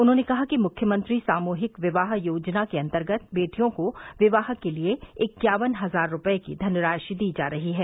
उन्होंने कहा कि मुख्यमंत्री सामूहिक विवाह योजना के अन्तर्गत बेटियों को विवाह के लिये इक्यावन हजार रूपये की धनराशि दी जा रही है